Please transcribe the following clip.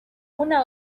una